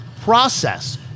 process